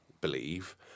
believe